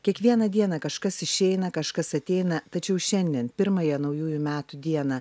kiekvieną dieną kažkas išeina kažkas ateina tačiau šiandien pirmąją naujųjų metų dieną